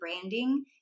branding